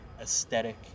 aesthetic